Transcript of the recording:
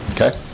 Okay